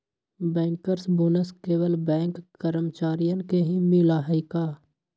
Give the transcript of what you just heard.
Bankers bonus केवल bank कर्मचारियन के ही मिला हई का?